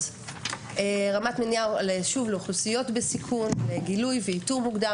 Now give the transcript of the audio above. רמת מניעה לאוכלוסיות בסיכון, גילוי ואיתור מוקדם.